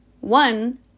one